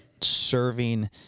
serving